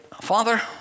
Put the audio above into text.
Father